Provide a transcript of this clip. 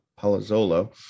Palazzolo